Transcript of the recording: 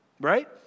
right